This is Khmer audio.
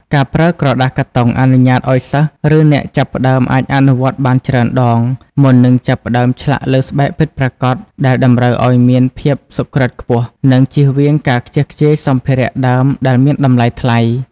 ការប្រើក្រដាសកាតុងអនុញ្ញាតឱ្យសិស្ស ឬអ្នកចាប់ផ្ដើមអាចអនុវត្តបានច្រើនដង មុននឹងចាប់ផ្ដើមឆ្លាក់លើស្បែកពិតប្រាកដដែលតម្រូវឱ្យមានភាពសុក្រិត្យខ្ពស់ និងជៀសវាងការខ្ជះខ្ជាយសម្ភារៈដើមដែលមានតម្លៃថ្លៃ។